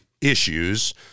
issues